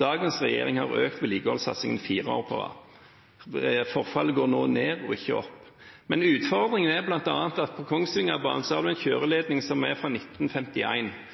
Dagens regjering har økt vedlikeholdssatsingen fire år på rad. Forfallet går nå ned og ikke opp. Men utfordringen er bl.a. at på Kongsvingerbanen har man en kjøreledning som er fra